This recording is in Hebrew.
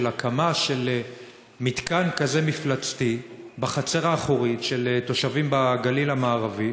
הקמה של מתקן כזה מפלצתי בחצר האחורית של תושבים בגליל המערבי,